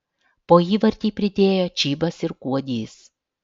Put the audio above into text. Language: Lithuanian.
po įvartį pridėjo čybas ir kuodys